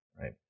right